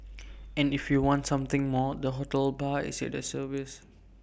and if you want something more the hotel bar is at the service